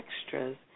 extras